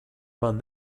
man